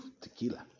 tequila